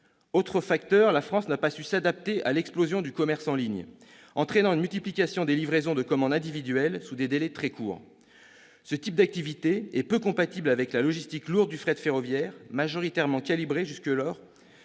Autre facteur, la France n'a pas su s'adapter à l'explosion du commerce en ligne, qui entraîne une multiplication des livraisons de commandes individuelles dans des délais très courts. Ce type d'activité est peu compatible avec la logistique lourde du fret ferroviaire, majoritairement calibré, jusqu'alors,